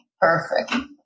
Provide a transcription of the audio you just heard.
Perfect